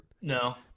No